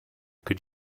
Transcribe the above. could